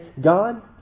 God